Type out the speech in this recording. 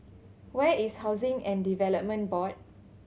where is Housing and Development Board